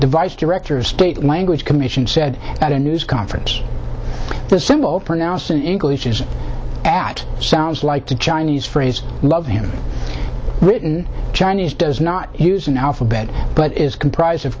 devise director of state language commission said at a news conference this simple pronounced in english is at sounds like the chinese phrase love him written chinese does not use an alphabet but is comprised of